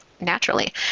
naturally